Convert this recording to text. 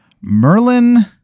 Merlin